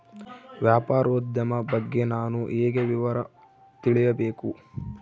ವ್ಯಾಪಾರೋದ್ಯಮ ಬಗ್ಗೆ ನಾನು ಹೇಗೆ ವಿವರ ತಿಳಿಯಬೇಕು?